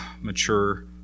mature